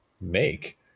make